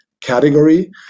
category